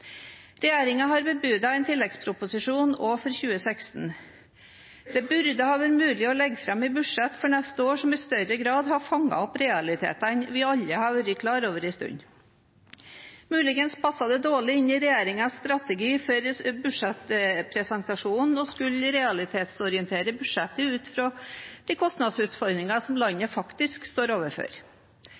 har bebudet en tilleggsproposisjon også for 2016. Det burde ha vært mulig å legge fram et budsjett for neste år som i større grad hadde fanget opp realitetene vi alle har vært klar over en stund. Muligens passet det dårlig inn i regjeringens strategi for budsjettpresentasjonen å skulle realitetsorientere budsjettet ut fra de kostnadsutfordringer som landet faktisk står overfor.